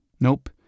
Nope